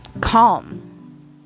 calm